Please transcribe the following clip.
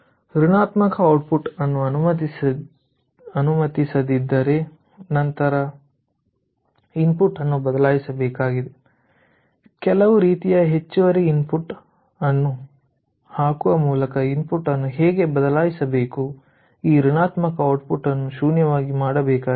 ಋಣಾತ್ಮಕ ಔಟ್ಪುಟ್ ಅನ್ನು ಅನುಮತಿಸದಿದ್ದರೆ ನಂತರ ಇನ್ಪುಟ್ ಅನ್ನು ಬದಲಾಯಿಸಬೇಕಾಗಿದೆ ಕೆಲವು ರೀತಿಯ ಹೆಚ್ಚುವರಿ ಇನ್ಪುಟ್ ಅನ್ನು ಹಾಕುವ ಮೂಲಕ ಇನ್ಪುಟ್ ಅನ್ನು ಹೇಗೆ ಬದಲಾಯಿಸಬೇಕು ಈ ಋಣಾತ್ಮಕ ಔಟ್ಪುಟ್ ಅನ್ನು ಶೂನ್ಯವಾಗಿ ಮಾಡಬೇಕಾಗಿದೆ